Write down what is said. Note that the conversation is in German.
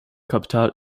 kapital